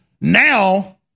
now